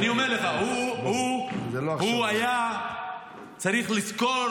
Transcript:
הוא היה צריך לזכור